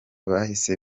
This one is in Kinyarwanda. bahise